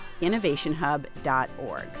innovationhub.org